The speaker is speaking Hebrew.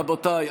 רבותיי,